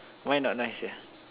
why not nice ya